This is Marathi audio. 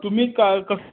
तुम्ही काय कसं